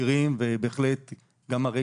פה מכירים ובהחלט יש גם הרקורד.